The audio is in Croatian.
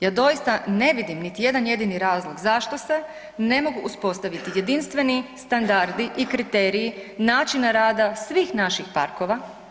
Ja doista ne vidim niti jedan jedini razlog zašto se ne mogu uspostaviti jedinstveni standardi i kriteriji načina rada svih naših parkova.